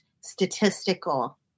statistical